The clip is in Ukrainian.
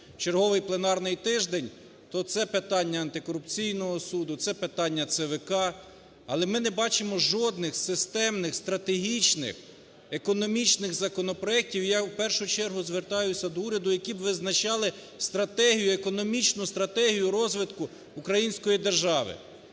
черговий пленарний тиждень, то це питання антикорупційного суду, це питання ЦВК, але ми не бачимо жодних системних стратегічних економічних законопроектів – я в першу чергу звертаюсь до уряду – які б визначали стратегію, економічну стратегію розвитку української держави.